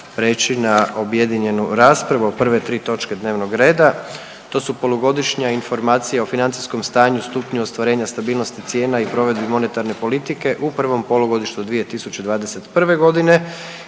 prijeći na objedinjenu raspravu o prve tri točke dnevnog reda: - Polugodišnja informacija o financijskom stanju, stupnju ostvarenja stabilnosti cijena i provedbi monetarne politike u prvom polugodištu 2021. godine;